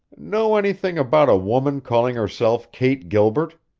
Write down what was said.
know anything about a woman calling herself kate gilbert?